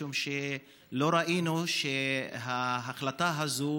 משום שלא ראינו שההחלטה הזאת,